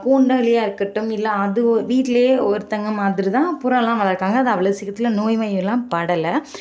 கூண்டுலயா இருக்கட்டும் இல்லை அது ஒ வீட்லேயே ஒருத்தங்க மாதிரிதான் புறாலாம் வளர்க்குறாங்க அது அவ்வளோ சீக்கிரத்தில் நோய் வாயலாம் படலை